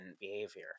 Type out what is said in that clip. behavior